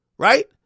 Right